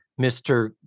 Mr